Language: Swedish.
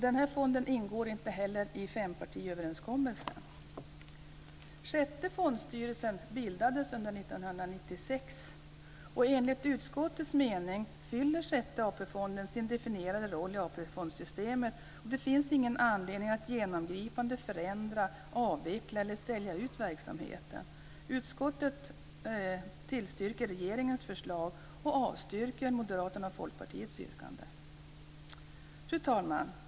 Denna fond ingår inte heller i fempartiöverenskommelsen. Sjätte fondstyrelsen bildades under 1996. Enligt utskottets mening fyller Sjätte AP-fonden sin definierade roll i AP-fondssystemet, och det finns ingen anledning att genomgripande förändra, avveckla eller sälja ut verksamheten. Utskottet tillstyrker regeringens förslag och avstyrker Moderaternas och Folkpartiets yrkande. Fru talman!